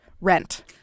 Rent